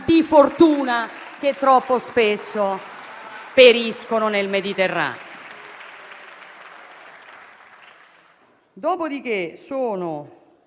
di fortuna persone che troppo spesso periscono nel Mediterraneo.